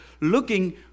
looking